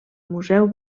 museu